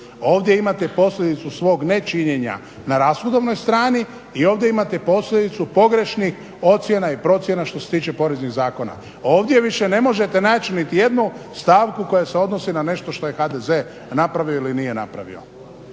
ovdje imate posljedicu svog nečinjenja na rashodovnoj strani i ovdje imate posljedicu pogrešnih ocjena i procjena što se tiče poreznih zakona. ovdje više ne možete naći niti jednu stavku koja se odnosi na nešto što je HDZ napravio ili nije napravio.